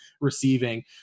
receiving